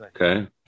okay